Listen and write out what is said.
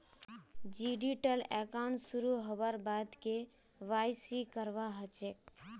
digital account शुरू हबार बाद के.वाई.सी करवा ह छेक